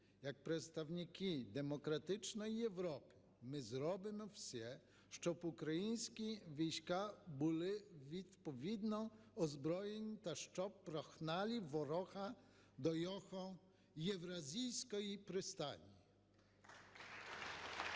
як представники демократичної Європи ми зробимо все, щоб українські війська були відповідно озброєні та щоб прогнали ворога до його євразійської пристані.